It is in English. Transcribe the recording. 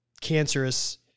cancerous